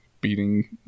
beating